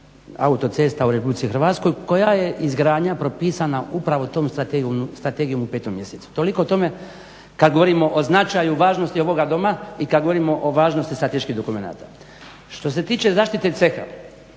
autocesta u Republici Hrvatskoj koja je izgradnja propisana upravo tom strategijom u 5. mjesecu. Toliko o tome kad govorimo o značaju i važnosti ovoga doma i kad govorimo o važnosti strateških dokumenata. Što se tiče zaštite ceha,